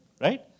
right